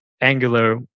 Angular